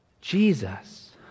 Jesus